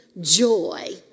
joy